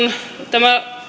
tämä